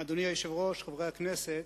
אדוני היושב-ראש, חברי הכנסת,